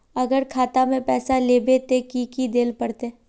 अगर खाता में पैसा लेबे ते की की देल पड़ते?